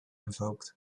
invoked